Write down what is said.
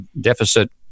deficit